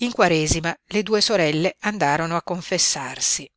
in quaresima le due sorelle andarono a confessarsi